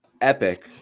epic